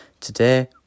Today